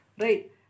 right